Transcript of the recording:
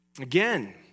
Again